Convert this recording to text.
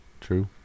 True